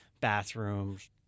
bathrooms